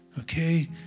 okay